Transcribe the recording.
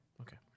Okay